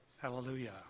Hallelujah